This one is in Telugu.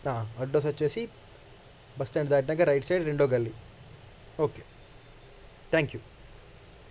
అడ్రస్ వచ్చేసి బస్ స్టాండ్ దాటినాక రైట్ సైడ్ రెండో గల్లి ఓకే థ్యాంక్ యూ